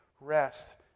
rest